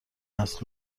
است